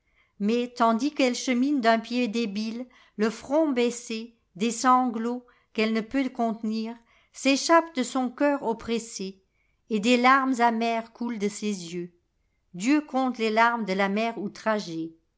mais tandis qu'elle chemine d'un pied débile le front baissé des sanglots qu'elle ne peut contenir s'échappent de son cœur oppressé et des larmes amères coulent de ses yeux dieu compte les larmes de la mère